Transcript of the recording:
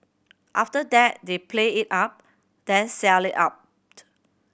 after that they play it up then sell it out